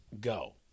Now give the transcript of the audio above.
Go